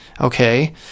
Okay